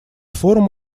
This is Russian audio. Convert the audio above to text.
форум